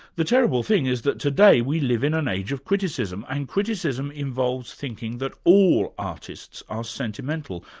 the terrible thing is that today we live in an age of criticism, and criticism involves thinking that all artists are sentimental,